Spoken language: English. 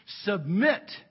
Submit